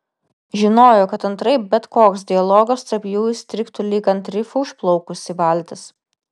žinojo kad antraip bet koks dialogas tarp jų įstrigtų lyg ant rifų užplaukusi valtis